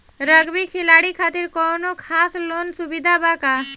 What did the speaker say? Rugby खिलाड़ी खातिर कौनो खास लोन सुविधा बा का?